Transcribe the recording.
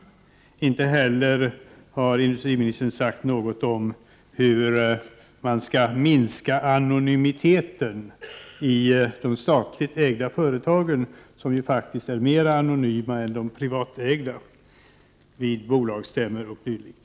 Inte heller har industriministern sagt någonting om hur man skall minska anonymiteten i de statligt ägda företagen, som ju faktiskt är mer anonyma än de privatägda, vid bolagsstämmor o.d.